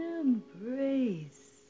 embrace